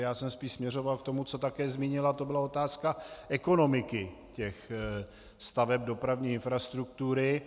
Já jsem spíš směřoval k tomu, co také zmínil, to byla otázka ekonomiky staveb dopravní infrastruktury.